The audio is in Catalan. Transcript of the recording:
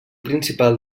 principal